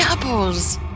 doubles